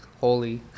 holy